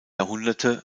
jahrhunderte